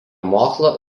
mokslo